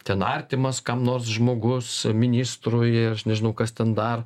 ten artimas kam nors žmogus ministrui aš nežinau kas ten dar